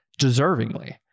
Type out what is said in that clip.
deservingly